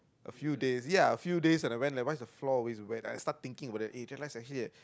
a few days ya a few days and I went like why is the floor always wet I start thinking about eh that's actually a